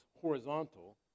horizontal